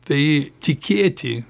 tai tikėti